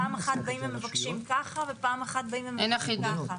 פעם אחת באים ומבקשים ככה ופעם אחת באים ומבקשים ככה.